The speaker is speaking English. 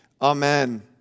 amen